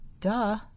Duh